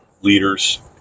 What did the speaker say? leaders